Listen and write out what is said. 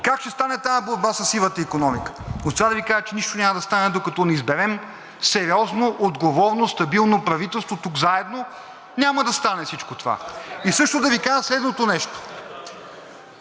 Как ще стане тази борба със сивата икономика?! Отсега да Ви кажа, че нищо няма да стане, докато не изберем сериозно, отговорно, стабилно правителство тук заедно, няма да стане всичко това. Също да Ви кажа следното нещо.